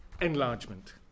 enlargement